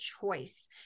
choice